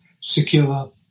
secure